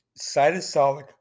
cytosolic